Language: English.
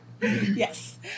yes